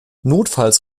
notfalls